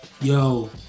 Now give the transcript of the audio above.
yo